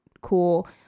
cool